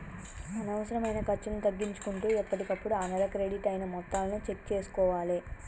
అనవసరమైన ఖర్చులను తగ్గించుకుంటూ ఎప్పటికప్పుడు ఆ నెల క్రెడిట్ అయిన మొత్తాలను చెక్ చేసుకోవాలే